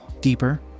deeper